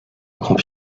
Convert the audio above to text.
grand